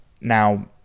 Now